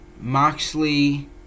Moxley